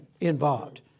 involved